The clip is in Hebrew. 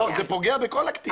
זה פוגע בכל הקטינים.